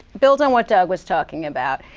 build on what doug was talking about.